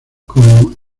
como